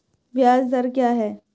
ब्याज दर क्या है?